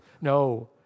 No